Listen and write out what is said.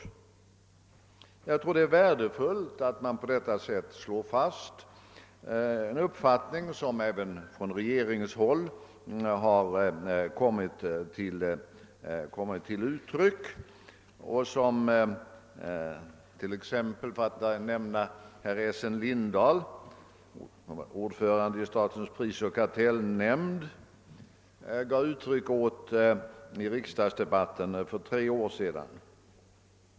Jag tror det är värdefullt att man på detta sätt slår fast den uppfattning som har kommit till uttryck även från regeringshåll och som exempelvis herr Essen Lindahl, som var ordförande i statens prisoch kartellnämnd, gav uttryck åt i riksdagsdebatten för tre år sedan.